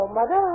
Mother